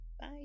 bye